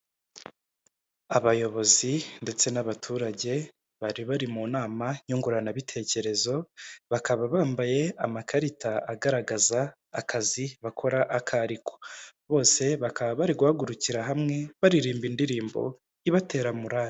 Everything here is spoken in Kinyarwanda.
Abayobozi ndetse n'abaturage bari bari mu nama nyunguranabitekerezo bakaba bambaye amakarita agaragaza akazi bakora ako ari ko, bose bakaba bari guhagurukira hamwe baririmba indirimbo ibatera murare.